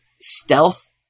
stealth